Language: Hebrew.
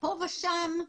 פה ושם,